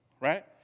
Right